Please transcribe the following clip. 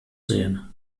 sehen